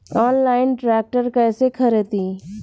Online tractor कैसे खरदी?